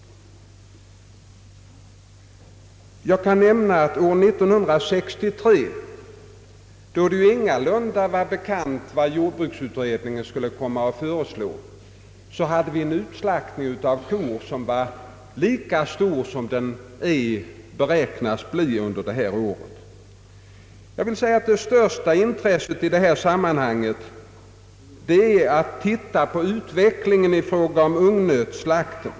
Jag kan nämna att år 1963, då det ju ingalunda var bekant vad jordbruksutredningen skulle komma att föreslå, hade vi en utslaktning av kor som var lika stor som den beräknas bli under innevarande år. Det mest intressanta i detta sammanhang är utvecklingen i fråga om ungnötslakt.